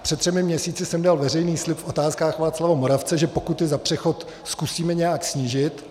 Před třemi měsíci jsem dal veřejný slib v Otázkách Václava Moravce, že pokuty za přechod zkusíme nějak snížit.